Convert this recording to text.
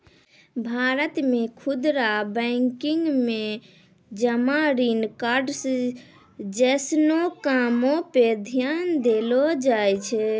भारतो मे खुदरा बैंकिंग मे जमा ऋण कार्ड्स जैसनो कामो पे ध्यान देलो जाय छै